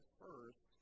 first